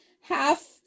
half